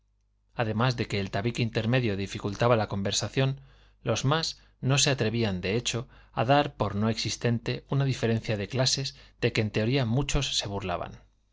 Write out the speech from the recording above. además de que el tabique intermedio dificultaba la conversación los más no se atrevían de hecho a dar por no existente una diferencia de clases de que en teoría muchos se burlaban